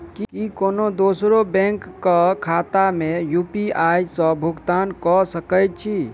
की कोनो दोसरो बैंक कऽ खाता मे यु.पी.आई सऽ भुगतान कऽ सकय छी?